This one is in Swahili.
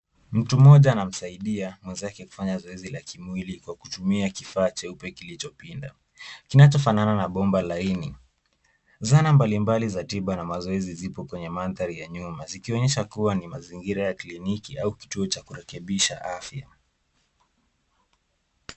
Mtu mmoja anamsaidia mwenzake kufanya zoezi la kimwili kwa kutumia kifaa cheupe kilichopinda. Kinachofanana na bomba laini. Zana mbalimbali za tiba na mazoezi zipo kwenye mandhari ya nyumba zikionyesha kuwa ni mazingira ya kliniki au kituo cha kurekebisha afya.